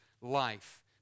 life